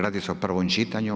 Radi se o prvom čitanju.